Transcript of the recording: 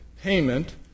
payment